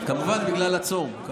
כמובן, בגלל הצום.